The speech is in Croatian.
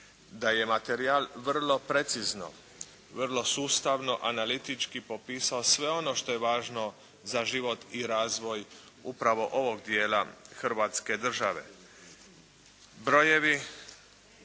da je materijal vrlo precizno, vrlo sustavno analitički popisao sve ono što je važno za život i razvoj upravo ovog dijela hrvatske države. Brojevi